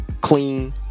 clean